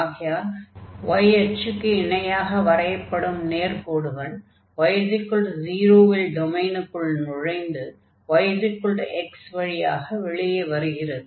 ஆகையால் y அச்சுக்கு இணையாக வரையப்படும் நேர்க்கோடுகள் y0 ல் டொமைனுக்குள் நுழைந்து yx வழியாக வெளியே வருகிறது